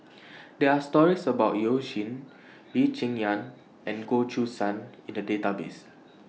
There Are stories about YOU Jin Lee Cheng Yan and Goh Choo San in The Database